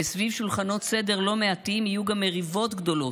וסביב שולחנות סדר לא מעטים יהיו גם מריבות גדולות,